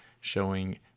showing